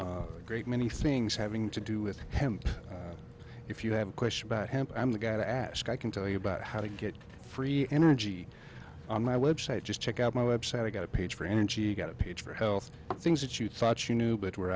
a great many things having to do with him if you have a question about him i'm the guy to ask i can tell you about how to get free energy on my website just check out my website i got a page for him and she got a pitch for health things that you thought you knew but were